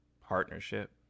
partnership